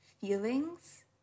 feelings